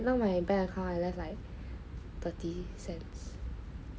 now my bank account like left like thirty cents